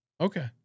Okay